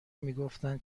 میگفتن